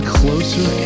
closer